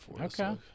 Okay